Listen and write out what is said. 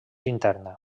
interna